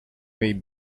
may